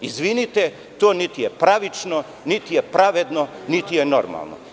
Izvinite, to niti je pravično, niti je pravedno, niti je normalno.